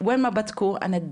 אנא הקפידו על